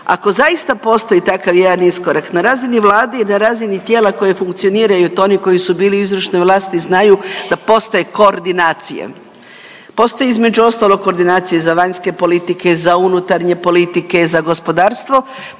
ako zaista postoji takav jedan iskorak na razini Vlade i na razini tijela koje funkcioniraju i to oni koji su bili u izvršnoj vlasti znaju da postoje koordinacije. Postoji između ostalog koordinacije za vanjske politike, za unutarnje politike, za gospodarstvo